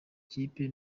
kipe